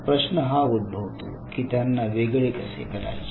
मग प्रश्न हा उद्भवतो की त्यांना वेगळे कसे करायचे